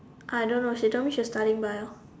I don't know she told me she was studying Bio